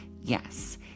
Yes